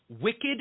wicked